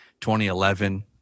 2011